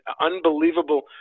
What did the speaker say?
unbelievable